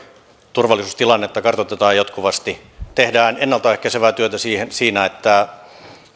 turvallisuustilannetta kartoitetaan jatkuvasti tehdään ennalta ehkäisevää työtä siinä että